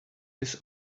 this